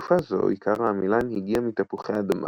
בתקופה זו עיקר העמילן הגיע מתפוחי אדמה,